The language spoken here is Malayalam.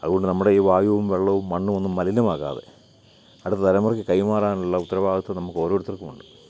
അതുകൊണ്ട് നമ്മടെ ഈ വായുവും വെള്ളവും മണ്ണുമൊന്നും മലിനമാകാതെ അടുത്ത തലമുറയ്ക്ക് കൈമാറാനുള്ള ഉത്തരവാദിത്വം നമുക്കോരോരുത്തർക്കുമുണ്ട്